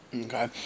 Okay